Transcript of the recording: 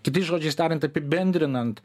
kitais žodžiais tariant apibendrinant